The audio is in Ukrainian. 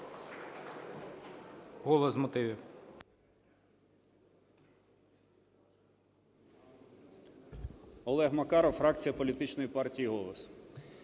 Олег Макаров, фракція політичної партії "Голос".